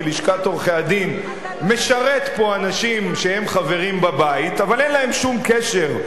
בלשכת עורכי-הדין משרת פה אנשים שהם חברים בבית אבל אין להם שום קשר,